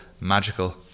magical